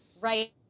Right